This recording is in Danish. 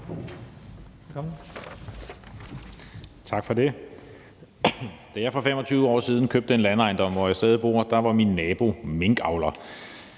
Tak for det. Da jeg for 25 år siden købte en landejendom, hvor jeg stadig bor, var min nabo minkavler.